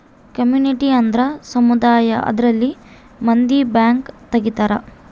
community ಅಂದ್ರ ಸಮುದಾಯ ಅದರಲ್ಲಿನ ಮಂದಿ ಬ್ಯಾಂಕ್ ತಗಿತಾರೆ